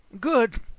Good